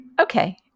Okay